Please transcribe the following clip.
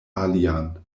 alian